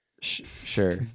Sure